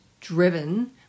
driven